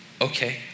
Okay